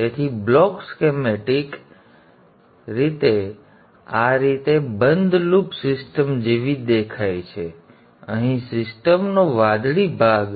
તેથી block schematic રીતે આ રીતે બંધ લૂપ સિસ્ટમ જેવી દેખાય છે જેથી અહીં સિસ્ટમ નો વાદળી ભાગ